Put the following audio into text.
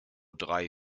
drei